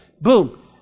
Boom